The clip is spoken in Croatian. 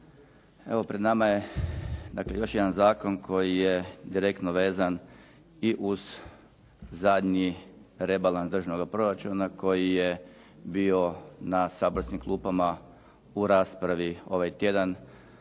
Evo pred nama je dakle još jedan zakon koji je direktno vezan i uz zadnji rebalans državnoga proračuna koji je bio na saborskim klupama u raspravi ovaj tjedan,